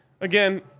Again